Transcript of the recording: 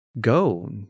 go